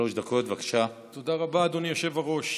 אדוני היושב-ראש.